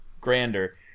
grander